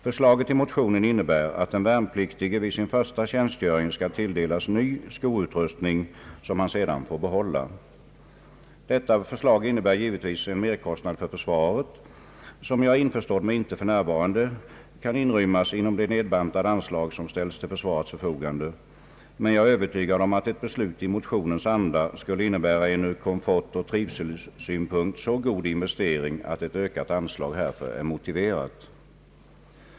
Förslaget i motionen innebär att den värnpliktige vid sin första tjänstgöring skall tilldelas ny skoutrustning, som han sedan får behålla. Detta förslag innebär givetvis en merkostnad för försvaret, som jag är införstådd med inte för närvarande kan inrymmas inom de nedbantade anslag som ställs till försvarets förfogande. Men jag är övertygad om att ett beslut i motionens anda skulle innebära en från komfortoch trivselsynpunkt så god investering att ett ökat anslag härför är motiverat.